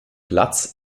platz